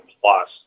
plus